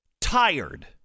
tired